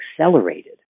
accelerated